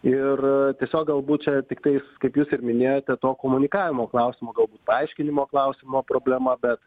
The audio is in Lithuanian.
ir tiesiog galbūt čia tiktais kaip jūs ir minėjote to komunikavimo klausimo galbūt paaiškinimo klausimo problema bet